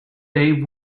they